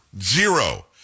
Zero